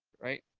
right?